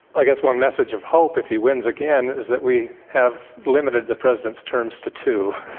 i guess one message of hope if he wins again is that we have limited the president's terms to two.